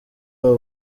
babo